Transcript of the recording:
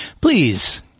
Please